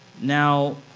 Now